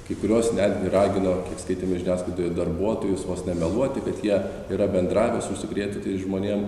kai kurios netgi ragino kiek skaitėme žiniasklaidoje darbuotojus vos nemeluoti kad jie yra bendravę su užsikrėtusiais žmonėms